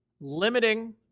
limiting